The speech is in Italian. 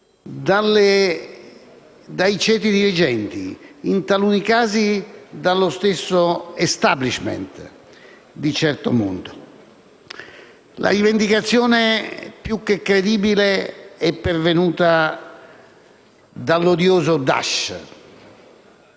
dai ceti dirigenti, in taluni casi dallo stesso *establishment* di certo mondo. La rivendicazione, più che credibile, è pervenuta dall'odioso Daesh.